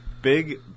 Big